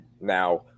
Now